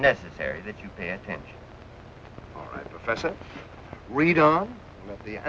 necessary that you pay attention to professor reid on the